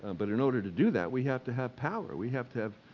but in order to do that we have to have power, we have to have,